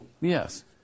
Yes